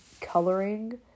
coloring